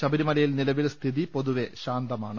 ശബരിമലയിൽ നിലവിൽ സ്ഥിതി പൊതുവെ ശാന്തമാണ്